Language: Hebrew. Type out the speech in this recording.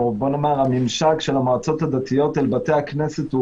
הממשק של המועצות הדתיות עם בתי הכנסת הוא